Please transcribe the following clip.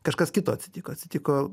kažkas kito atsitiko atsitiko